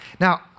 Now